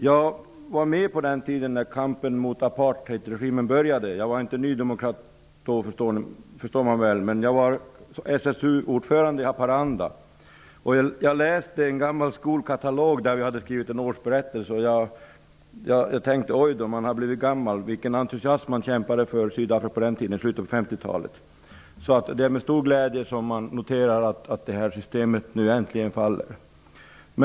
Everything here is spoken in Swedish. Jag var med på den tiden då kampen mot apartheidregimen började. Jag var förstås inte nydemokrat då, men jag var SSU-ordförande i Haparanda. Jag läste i en gammal skolkatalog, där vi hade skrivit en årsberättelse, och jag tänkte: Oj då, man har blivit gammal! Med vilken entusiasm man kämpade för Sydafrika på den tiden, i slutet på 50-talet. Det är därför med stor glädje jag noterar att det här systemet nu äntligen faller.